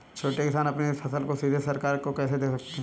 छोटे किसान अपनी फसल को सीधे सरकार को कैसे दे सकते हैं?